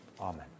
Amen